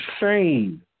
insane